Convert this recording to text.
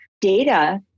data